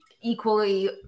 equally